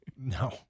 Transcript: No